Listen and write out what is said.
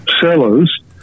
sellers